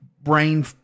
brain